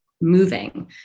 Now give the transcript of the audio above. moving